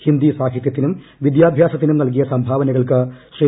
ഹിന്ദി സാഹിതൃത്തിനും വിദ്യാഭ്യാസത്തിനും നൽകിയ സംഭാവനകൾക്ക് ശ്രീ